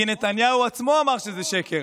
כי נתניהו עצמו אמר שזה שקר.